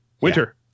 Winter